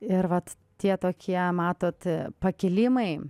ir vat tie tokie matot pakilimai